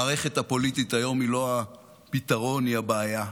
המערכת הפוליטית היום היא לא הפתרון, היא הבעיה,